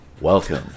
welcome